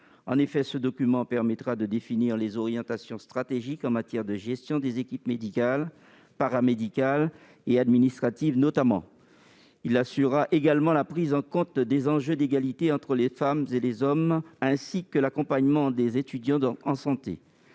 En effet, ce document permettra de définir les orientations stratégiques, notamment en matière de gestion des équipes médicales, paramédicales et administratives. Il assurera également la prise en compte des enjeux d'égalité entre les femmes et les hommes, ainsi que l'accompagnement des étudiants en santé.